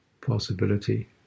possibility